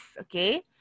okay